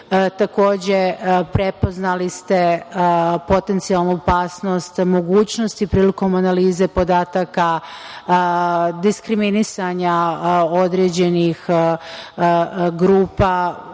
prepoznali ste potencijalnu opasnost mogućnosti prilikom analize podataka, diskriminisanja određenih grupa